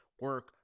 Work